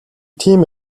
тийм